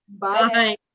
Bye